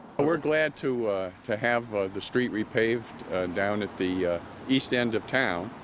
we're glad to to have the street repaved down at the east end of town.